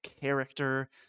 character